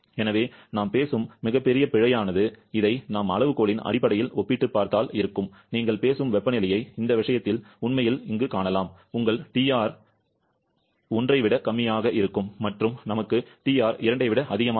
எனவே நாம் பேசும் மிகப் பெரிய பிழையானது இதை நாம் அளவுகோலின் அடிப்படையில் ஒப்பிட்டுப் பார்த்தால் நீங்கள் பேசும் வெப்பநிலையை இந்த விஷயத்தில் உண்மையில் காணலாம் உங்கள் TR is 1 மற்றும் நமக்கு TR 2